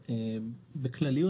בכלליות,